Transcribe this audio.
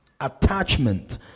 Attachment